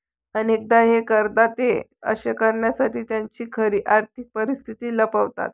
अनेकदा हे करदाते असे करण्यासाठी त्यांची खरी आर्थिक परिस्थिती लपवतात